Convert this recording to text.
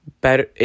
better